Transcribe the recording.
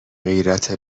غیرت